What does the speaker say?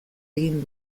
egin